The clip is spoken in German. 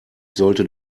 sollte